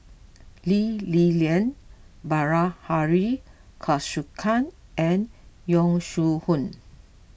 Lee Li Lian Bilahari Kausikan and Yong Shu Hoong